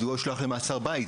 מדוע הוא נשלח למעצר בית?